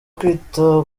kwita